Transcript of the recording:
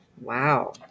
wow